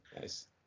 Nice